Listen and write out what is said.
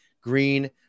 green